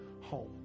home